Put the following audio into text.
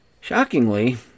Shockingly